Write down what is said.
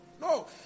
No